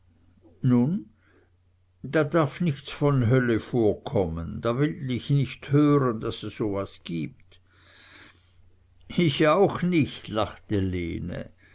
da darf nichts von hölle vorkommen da will ich nich hören daß es so was gibt ich auch nicht lachte lene